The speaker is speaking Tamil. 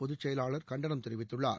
பொதுச்செயலாளர் கண்டனம் தெரிவித்துள்ளார்